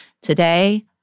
today